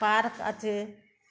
park আছে